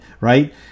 Right